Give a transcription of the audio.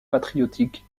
patriotique